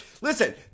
listen